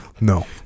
no